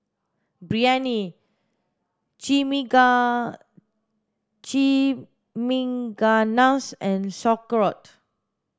Biryani Chimichangas and Sauerkraut